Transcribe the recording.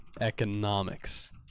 economics